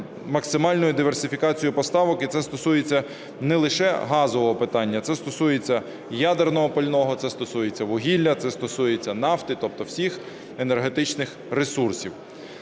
максимальною диверсифікацією поставок, і це стосується не лише газового питання, а це стосується ядерного пального, це стосується вугілля, це стосується нафти, тобто всіх енергетичних ресурсів.